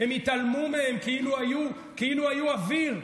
כאילו היו אוויר,